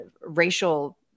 racial